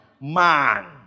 Man